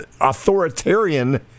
authoritarian